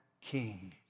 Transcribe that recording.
king